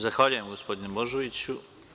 Zahvaljujem gospodine Božoviću.